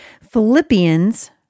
Philippians